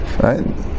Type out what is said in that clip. Right